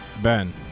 Ben